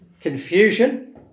Confusion